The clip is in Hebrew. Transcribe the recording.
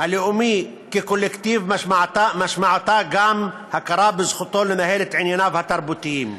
הלאומי כקולקטיב משמעותה גם הכרה בזכותו לנהל את ענייניו התרבותיים.